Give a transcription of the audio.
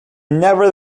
never